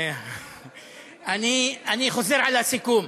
אני חוזר על הסיכום.